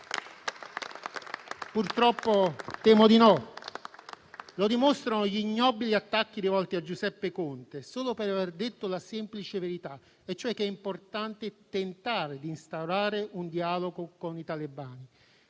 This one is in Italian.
Purtroppo temo di no. Lo dimostrano gli ignobili attacchi rivolti a Giuseppe Conte, solo per aver detto la semplice verità, e cioè che è importante tentare di instaurare un dialogo con i talebani.